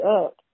up